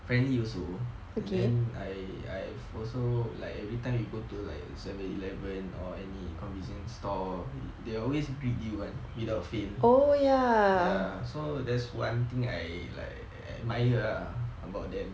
friendly also and then I I also like every time you go to like seven eleven or any convenience store they always greet you [one] without fail ya so that's one thing I like admire lah about them